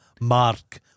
Mark